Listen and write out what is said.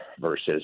versus